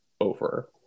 over